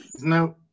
No